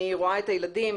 אני רואה את הילדים,